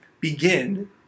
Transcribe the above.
begin